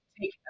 take